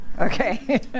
Okay